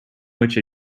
which